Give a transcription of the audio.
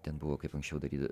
ten buvo kaip anksčiau daryda